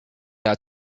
out